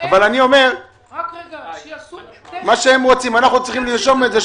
אומר - אנחנו צריכים לרשום את זה,